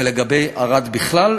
ולגבי ערד בכלל,